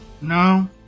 No